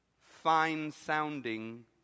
fine-sounding